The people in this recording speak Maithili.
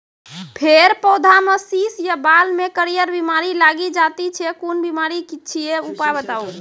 फेर पौधामें शीश या बाल मे करियर बिमारी लागि जाति छै कून बिमारी छियै, उपाय बताऊ?